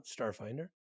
starfinder